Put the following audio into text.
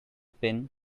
pin